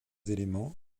éléments